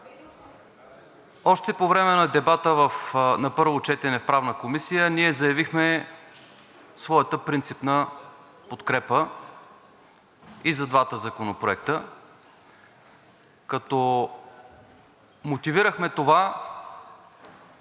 Още по времето на дебата на първо четене в Правната комисия ние заявихме своята принципна подкрепа и за двата законопроекта, като мотивирахме това